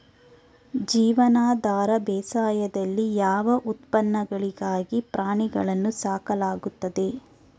ಜೀವನಾಧಾರ ಬೇಸಾಯದಲ್ಲಿ ಯಾವ ಉತ್ಪನ್ನಗಳಿಗಾಗಿ ಪ್ರಾಣಿಗಳನ್ನು ಸಾಕಲಾಗುತ್ತದೆ?